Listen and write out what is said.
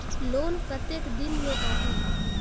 Loan कतेक दिन मे आही?